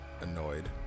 Annoyed